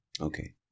Okay